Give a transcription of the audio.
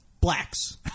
Blacks